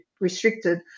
restricted